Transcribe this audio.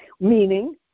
Meaning